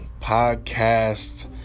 Podcast